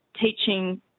teaching